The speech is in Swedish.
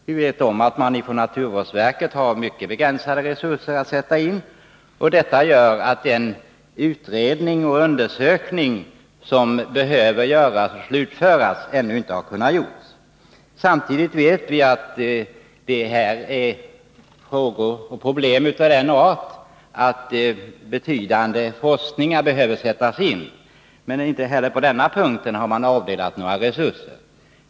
Vi vet om att man inom naturvårdsverket har mycket begränsade resurser att sätta in. Detta gör att den utredning och den undersökning som behöver slutföras ännu inte kunnat göras. Samtidigt vet vi att det här är frågor och problem av den art att betydande fbrskningsinsatser behöver göras. Inte heller på den punkten har man aydelat några resurser.